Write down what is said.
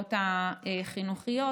המסגרות החינוכיות.